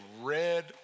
red